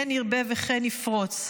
כן ירבה וכן יפרוץ: